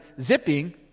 zipping